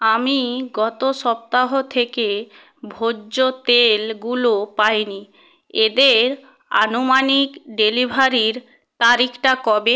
আমি গত সপ্তাহ থেকে ভোজ্য তেলগুলো পাইনি এদের আনুমানিক ডেলিভারির তারিখটা কবে